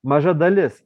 maža dalis